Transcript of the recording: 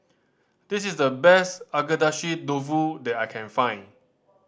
this is the best Agedashi Dofu that I can find